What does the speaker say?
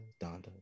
Donda